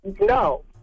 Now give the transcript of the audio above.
No